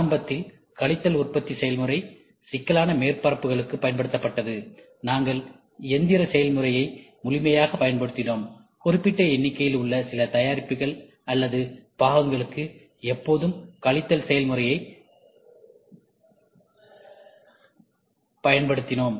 ஆரம்பத்தில் கழித்தல் உற்பத்தி செயல்முறை சிக்கலான மேற்பரப்புகளுக்குப் பயன்படுத்தப்பட்டது நாங்கள் எந்திரச் செயல்முறையை முழுமையாய் பயன்படுத்தினோம் குறிப்பிட்ட எண்ணிக்கையில் உள்ள சில தயாரிப்புகள் அல்லது பாகங்களுக்குஎப்போதும் கழித்தல் செயல்முறையை படுத்தினோம்